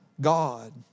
God